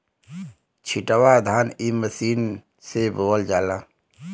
छिटवा धान इ मशीन से बोवल जाला